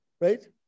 right